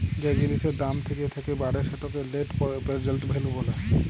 যে জিলিসের দাম থ্যাকে থ্যাকে বাড়ে সেটকে লেট্ পেরজেল্ট ভ্যালু ব্যলে